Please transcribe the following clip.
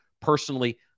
Personally